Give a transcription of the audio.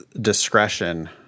discretion